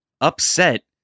upset